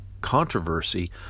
controversy